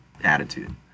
attitude